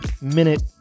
minute